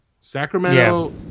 Sacramento